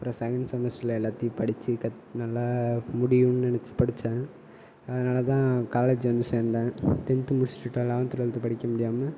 அப்புறம் செகண்ட் செமஸ்டரில் எல்லாத்தையும் படித்து கத் நல்லா முடியும்னு நினச்சி படித்தேன் அதனால் தான் காலேஜ் வந்து சேர்ந்தேன் டென்த் முடித்திட்டு அப்புறம் லெவன்த் டுவல்த்து படிக்க முடியாமல்